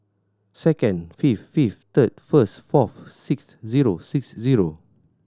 second fifth fifth third first fourth six zero six zero